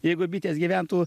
jeigu bitės gyventų